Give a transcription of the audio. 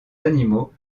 animaux